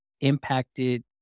impacted